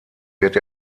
wird